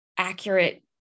Accurate